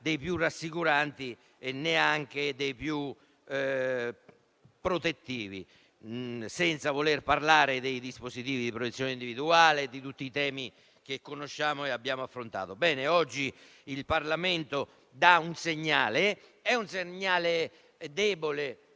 dei più rassicuranti e neanche dei più protettivi, senza voler parlare dei dispositivi di protezione individuale e di tutti i temi che conosciamo e che abbiamo affrontato. Oggi il Parlamento dà un segnale; è un segnale debole,